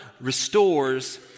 restores